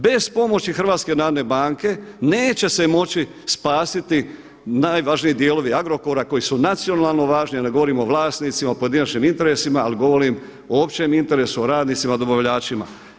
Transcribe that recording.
Bez pomoći HNB-a neće se moći spasiti najvažniji dijelovi Agrokora koji su nacionalno važni, a ne govorim o vlasnicima, pojedinačnim interesima, ali govorim o općem interesu, radnicima, dobavljačima.